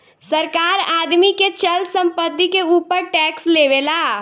सरकार आदमी के चल संपत्ति के ऊपर टैक्स लेवेला